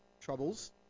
troubles